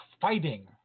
fighting